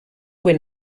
when